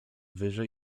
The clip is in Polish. wyżej